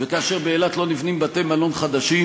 וכאשר באילת לא נבנים בתי-מלון חדשים,